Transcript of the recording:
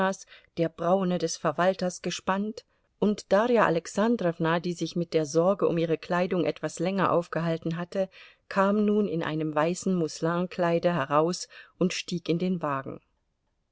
der braune des verwalters gespannt und darja alexandrowna die sich mit der sorge um ihre kleidung etwas länger aufgehalten hatte kam nun in einem weißen musselinkleide heraus und stieg in den wagen